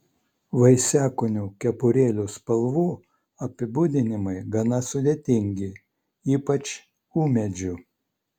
vaisiakūnių kepurėlių spalvų apibūdinimai gana sudėtingi ypač ūmėdžių